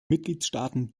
mitgliedstaaten